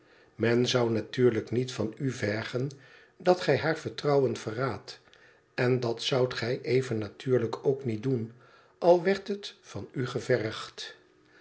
men zou natuurlijk niet van u vergen dat gij haar vertrouwen verraadt en dat zoudt gij even natuurlijk ook niet doen al werd het van u gevergd